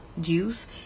Juice